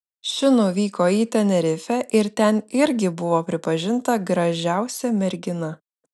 ši nuvyko į tenerifę ir ten irgi buvo pripažinta gražiausia mergina